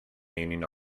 meaning